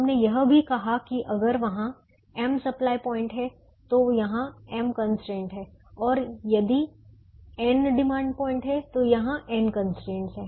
हमने यह भी कहा कि अगर वहाँ m सप्लाई प्वाइंट हैं तो यहाँ m कंस्ट्रेंटस हैं और यदि n डिमांड पॉइंट हैं तो यहाँ n कंस्ट्रेंटस हैं